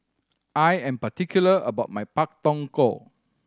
I am particular about my Pak Thong Ko